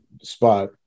spot